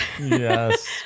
yes